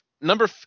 Number